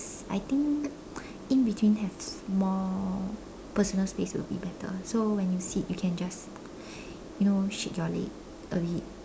I think in between have more personal space would be better so when you sit you can just you know shake your leg a bit